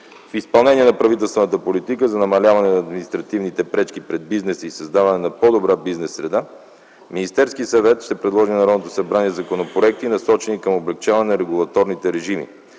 В изпълнение на правителствената политика за намаляване на административните пречки пред бизнеса и създаване на по-добра бизнес среда, Министерският съвет ще предложи на Народното събрание законопроекти, насочени към облекчаване регулаторните режими.